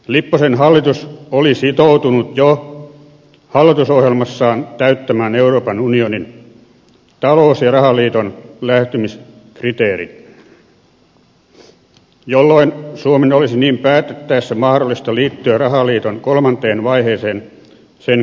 lipposen hallitus oli sitoutunut jo hallitusohjelmassaan täyttämään euroopan unionin talous ja rahaliiton lähestymiskriteerit jolloin suomen olisi niin päätettäessä mahdollista liittyä rahaliiton kolmanteen vaiheeseen sen käynnistyessä